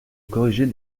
corriger